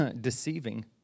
deceiving